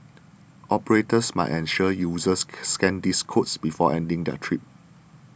operators must ensure users scan these codes before ending their trip